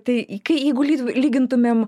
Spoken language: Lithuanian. tai ikai jeigu lytų lygintumėm